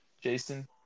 Jason